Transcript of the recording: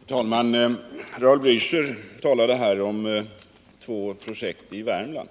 Herr talman! Raul Blächer talade här om två projekt i Värmland,